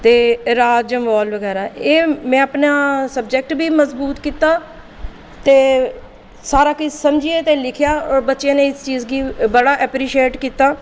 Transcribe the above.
ते राज जम्वाल बगैरा एह् में अपना सबजैक्ट बी मैह्फूज कीता ते सारा किश समझियै लिखेआ और बच्चें लेई इस चीज गी बड़ा ऐपरीशिएट कीता